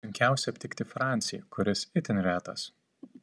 sunkiausia aptikti francį kuris itin retas